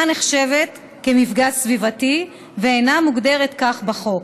נחשבת מפגע סביבתי ואינה מוגדרת כך בחוק.